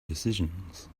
decisions